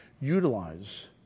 utilize